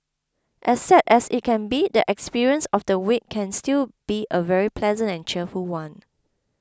as sad as it can be the experience of the wake can still be a very pleasant and cheerful one